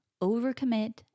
overcommit